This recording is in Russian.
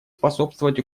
способствовать